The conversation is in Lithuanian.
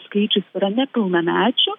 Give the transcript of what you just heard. skaičius yra nepilnamečių